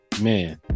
Man